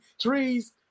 Trees